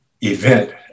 event